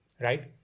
right